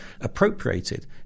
appropriated